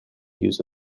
use